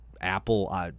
Apple